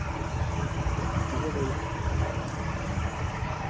অঁ ঠিকে ঠিকে কৰিলা